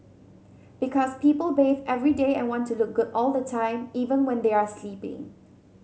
because people bath every day and want to look good all the time even when they are sleeping